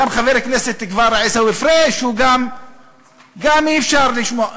גם את חבר הכנסת עיסאווי פריג' אי-אפשר לשמוע.